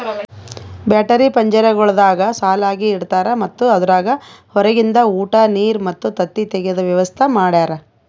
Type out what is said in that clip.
battery ಪಂಜರಗೊಳ್ದಾಗ್ ಸಾಲಾಗಿ ಇಡ್ತಾರ್ ಮತ್ತ ಅದುರಾಗ್ ಹೊರಗಿಂದ ಉಟ, ನೀರ್ ಮತ್ತ ತತ್ತಿ ತೆಗೆದ ವ್ಯವಸ್ತಾ ಮಾಡ್ಯಾರ